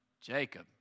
Jacob